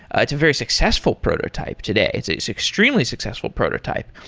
ah it's a very successful prototype today. it's it's extremely successful prototype.